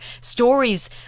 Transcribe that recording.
stories